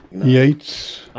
yeats.